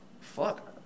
Fuck